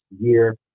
year